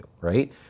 right